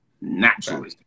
naturally